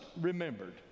remembered